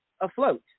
afloat